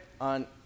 on